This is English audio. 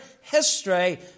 history